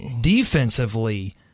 defensively